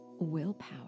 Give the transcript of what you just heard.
willpower